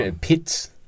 Pits